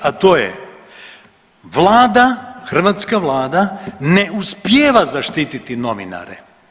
A to je, vlada, hrvatska vlada ne uspijeva zaštititi novinare.